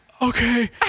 Okay